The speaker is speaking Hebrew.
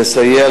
לסייע,